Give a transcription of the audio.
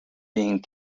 being